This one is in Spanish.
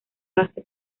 base